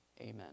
Amen